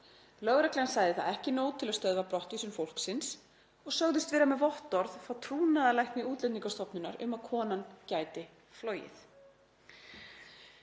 Lögreglan sagði það ekki nóg til að stöðva brottvísun fólksins og sögðust vera með vottorð frá trúnaðarlækni Útlendingastofnunar um að konan gæti flogið.